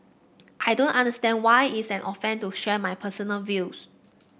I don't understand why is an offence to share my personal views